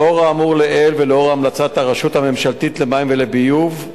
לאור האמור לעיל ולאור המלצת הרשות הממשלתית למים ולביוב,